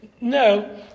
No